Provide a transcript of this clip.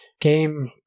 game